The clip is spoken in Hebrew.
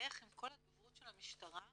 עם כל הדוברות של המשטרה,